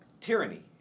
tyranny